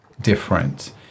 different